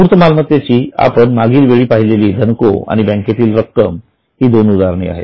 मूर्त मालमत्तेची आपण मागील वेळी पाहिलेली धनको आणि बँकेतील रक्कम ही दोन उदाहरणे आहेत